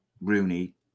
Rooney